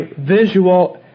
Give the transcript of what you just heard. visual